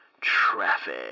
Traffic